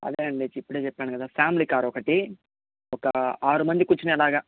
అదే అండి ఇప్పుడే చెప్పాను కదా ఫ్యామిలీ కార్ ఒకటి ఒక ఆరు మంది కూర్చునే లాగా